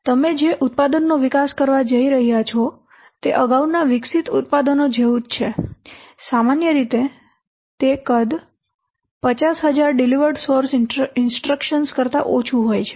તમે જે ઉત્પાદનનો વિકાસ કરવા જઈ રહ્યા છો તે અગાઉના વિકસિત ઉત્પાદનો જેવું જ છે સામાન્ય રીતે તે કદ 50000 ડિલિવર્ડ સોર્સ ઇન્સ્ટ્રક્શન્સ કરતા ઓછું હોય છે